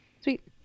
Sweet